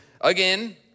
Again